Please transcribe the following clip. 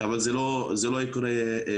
אבל זה לא יקרה לבד,